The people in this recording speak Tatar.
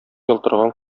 ялтыраган